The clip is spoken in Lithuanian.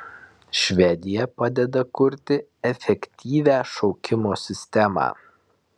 švedija padeda kurti efektyvią šaukimo sistemą